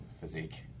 physique